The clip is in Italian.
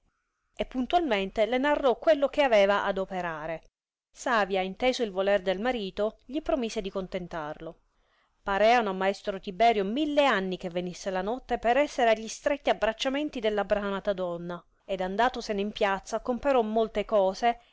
e puntalmente le narrò quello che aveva ad operare savia inteso il voler del marito gli promise di contentarlo pareano a maestro tiberio mille anni che venisse la notte per essere agli stretti abbracciamenti della bramata donna ed andatosene in piazza comperò molte cose